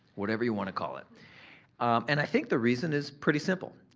whatever you wanna call it and i think the reason is pretty simple.